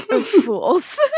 fools